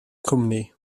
cwmni